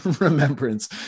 remembrance